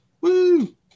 Woo